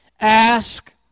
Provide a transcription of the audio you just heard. ask